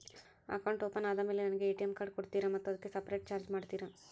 Account open ಆದಮೇಲೆ ನನಗೆ ATM card ಕೊಡ್ತೇರಾ ಮತ್ತು ಅದಕ್ಕೆ ಸಪರೇಟ್ ಚಾರ್ಜ್ ಮಾಡ್ತೇರಾ?